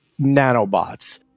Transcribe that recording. nanobots